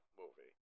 movie